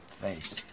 face